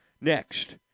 next